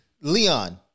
Leon